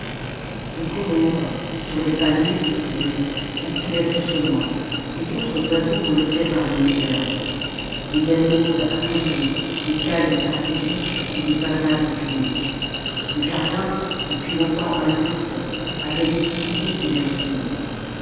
les colombes sur les palmiers autour d'eux roucoulaient doucement et d'autres oiseaux voletaient parmi les herbes des galéoles à collier des cailles de tartessus et des pintades puniques le jardin depuis longtemps inculte avait multiplié ses verdures